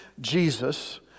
Jesus